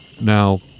Now